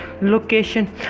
location